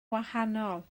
wahanol